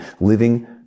living